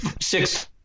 six